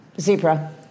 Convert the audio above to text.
Zebra